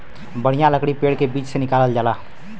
बढ़िया लकड़ी पेड़ के बीच से निकालल जाला